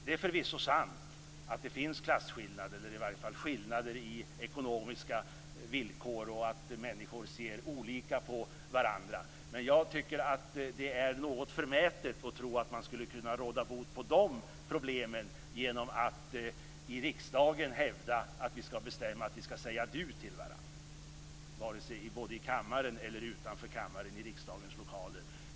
Det är förvisso sant att det finns klasskillnader, eller i varje fall skillnader i ekonomiska villkor, och att människor ser olika på varandra. Men jag tycker att det är något förmätet att tro att man skulle kunna råda bot på de problemen genom att i riksdagen hävda att vi skall bestämma att vi skall säga du till varandra i kammaren eller utanför kammaren i riksdagens lokaler.